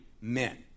men